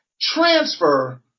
transfer